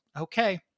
okay